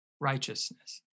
Righteousness